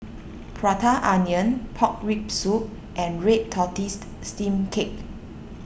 Prata Onion Pork Rib Soup and Red Tortoise Steamed Cake